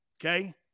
Okay